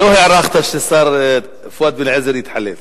לא הערכת שהשר פואד בן-אליעזר יתחלף.